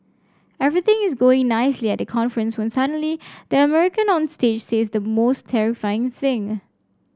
everything is going nicely at the conference when suddenly the American on stage says the most terrifying thing